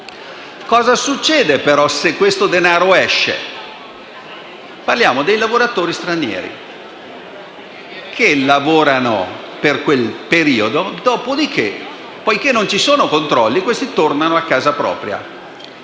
Cosa succede però se questo denaro esce dal Paese? Parliamo dei lavoratori stranieri che lavorano per un periodo, dopodiché, poiché non ci sono controlli, tornano a casa propria.